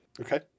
Okay